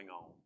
on